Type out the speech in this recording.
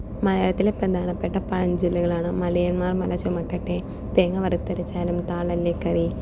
മലയാളത്തിലെ പ്രധാനപ്പെട്ട പഴഞ്ചൊല്ലുകൾ ആണ് മടിയന്മാർ മല ചുമക്കട്ടെ തേങ്ങ വറുത്തരച്ചാലും താളല്ലേ കറി